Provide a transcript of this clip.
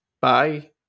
Bye